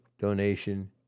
donation